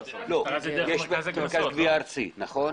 יש מרכז גבייה ארצי, נכון?